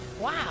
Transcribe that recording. Wow